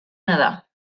nedar